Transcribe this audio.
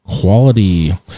quality